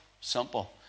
Simple